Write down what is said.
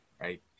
right